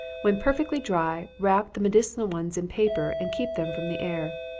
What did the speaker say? when perfectly dry, wrap the medicinal ones in paper and keep them from the air.